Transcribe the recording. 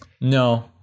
no